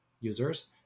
users